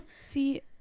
See